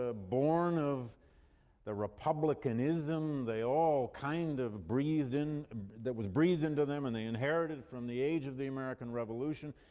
ah borne of the republicanism, they all kind of breathed in that was breathed into them, and they inherited from the age of the american revolution.